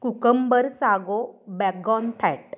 cucumber सागो बॅकगॉन fat